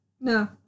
No